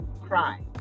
cry